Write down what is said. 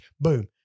boom